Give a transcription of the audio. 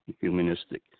Humanistic